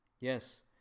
Yes